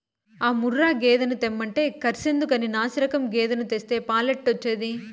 ఆ ముర్రా గేదెను తెమ్మంటే కర్సెందుకని నాశిరకం గేదెను తెస్తే పాలెట్టొచ్చేది